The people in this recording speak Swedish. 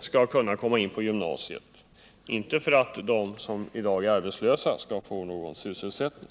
skall kunna komma in på gymnasiet, och inte för att de som i dag är arbetslösa skall få sysselsättning.